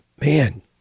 man